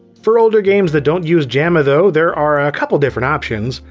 for older games that don't use jamma though, there are a couple different options.